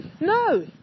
No